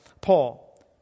Paul